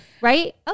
right